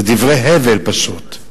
זה דברי הבל פשוט.